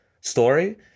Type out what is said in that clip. story